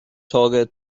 torge